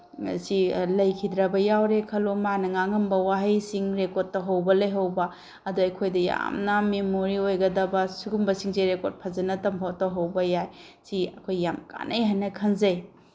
ꯑꯁꯤ ꯂꯩꯈꯤꯗ꯭ꯔꯕ ꯌꯥꯎꯔꯦ ꯈꯜꯂꯣ ꯃꯥꯅ ꯉꯥꯡꯉꯝꯕ ꯋꯥꯍꯩꯁꯤꯡ ꯔꯦꯀꯣꯔꯠ ꯇꯧꯍꯧꯕ ꯂꯩꯍꯧꯕ ꯑꯗꯨ ꯑꯩꯈꯣꯏꯗ ꯌꯥꯝꯅ ꯃꯦꯃꯣꯔꯤ ꯑꯣꯏꯒꯗꯕ ꯁꯨꯒꯨꯝꯕꯁꯤꯡꯁꯦ ꯔꯦꯀꯣꯔꯠ ꯐꯖꯅ ꯇꯧꯍꯧꯕ ꯌꯥꯏ ꯁꯤ ꯑꯩꯈꯣꯏ ꯌꯥꯝꯅ ꯀꯥꯟꯅꯩ ꯍꯥꯏꯅ ꯈꯟꯖꯩ